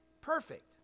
perfect